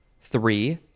three